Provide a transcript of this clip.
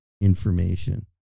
information